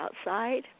outside